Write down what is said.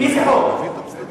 מאיזה חוק?